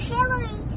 Hillary